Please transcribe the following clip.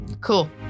cool